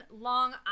long